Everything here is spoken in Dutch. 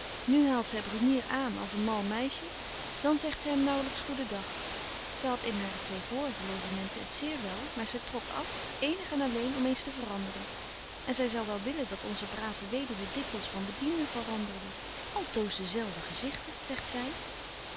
nu haalt zy brunier aan als een mal meisje dan zegt zy hem naauwlyks goeden dag zy hadt betje wolff en aagje deken historie van mejuffrouw sara burgerhart in hare twee vorige logementen het zeer wel maar zy trok af eenig en alléén om eens te veranderen en zy zou wel willen dat onze brave weduwe dikwyls van bedienden veranderde altoos dezelfde gezichten zegt zy